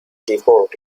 depot